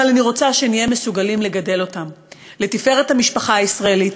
אבל אני רוצה שנהיה מסוגלים לגדל אותם לתפארת המשפחה הישראלית,